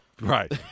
Right